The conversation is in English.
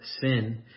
sin